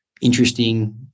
interesting